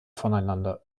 voneinander